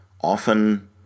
often